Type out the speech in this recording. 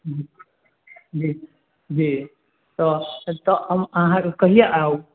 जी जी तऽ हम अहाँके कहिया आउ